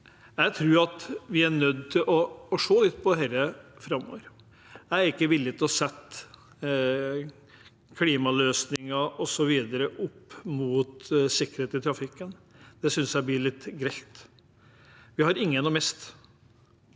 Jeg tror vi er nødt til å se litt på dette framover. Jeg er ikke villig til å sette klimaløsninger osv. opp mot sikkerhet i trafikken. Det synes jeg blir litt grelt. Vi har ingen å miste.